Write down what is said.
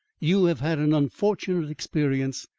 you have had an unfortunate experience,